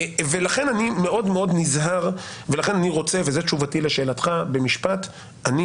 לכן אני מאוד מאוד נזהר ולכן אני רוצה וזו תשובתי לשאלת היועץ המשפטי